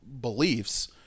beliefs